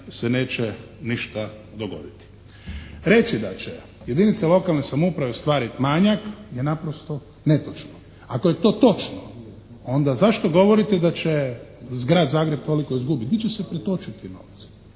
se neće ništa dogoditi. Reci da će jedinice lokalne samouprave ostvariti manjak je naprosto netočno. Ako je to točno onda zašto govorite da će Grad Zagreb toliko izgubiti? Gdje će se pretočiti ti novci?